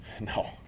No